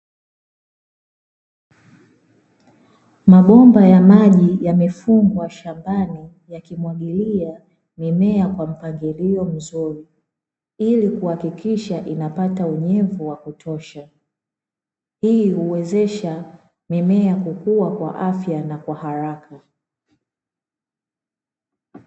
Mabomba ya maji yamefungwa shambani yakimwagilia mimea kwa mpangilio mzuri, ili kuhakikisha inapata unyevu wa kutosha hii huwezesha mimea kukua kwa afya na kwa haraka.